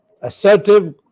assertive